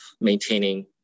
maintaining